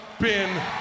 Bin